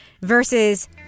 versus